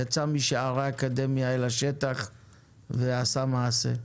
יצא משערי האקדמיה אל השטח ועשה מעשה.